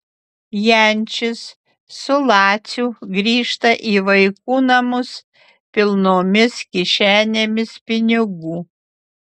jančis su laciu grįžta į vaikų namus pilnomis kišenėmis pinigų